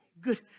Good